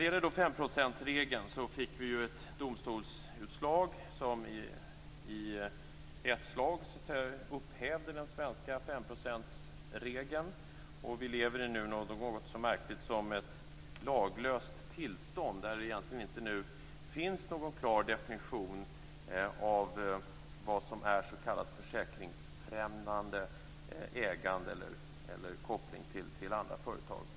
Vad gäller femprocentsregeln fick vi ett domstolsutslag som i ett slag upphävde den svenska femprocentsregeln. Vi lever nu i något så märkligt som ett laglöst tillstånd, då det nu egentligen inte finns någon klar definition av vad som är s.k. försäkringsfrämmande ägande eller koppling till andra företag.